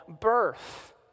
birth